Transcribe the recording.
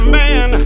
man